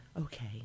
Okay